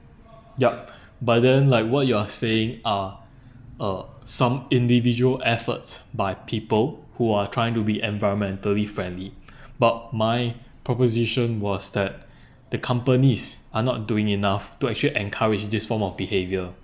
yup but then like what you are saying are uh some individual efforts by people who are trying to be environmentally friendly but my proposition was that the companies are not doing enough to actually encourage this form of behaviour